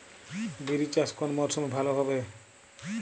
বিরি চাষ কোন মরশুমে ভালো হবে?